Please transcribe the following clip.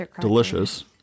delicious